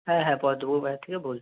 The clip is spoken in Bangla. হ্যাঁ হ্যাঁ পদ্মপুকুর বাজার থেকে বলছি